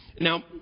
now